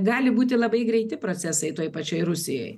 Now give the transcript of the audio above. gali būti labai greiti procesai toj pačioj rusijoj